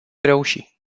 reuși